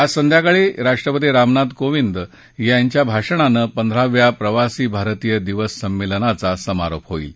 आज संध्याकाळी राष्ट्रपती रामनाथ कोविंद यांच्या भाषणानं पंधराव्या प्रवासी भारतीय दिवस संमेलनाचा समारोप होईल